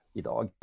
idag